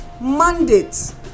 mandates